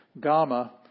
gamma